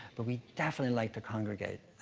but we definitely like to congregate.